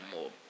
more